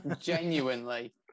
Genuinely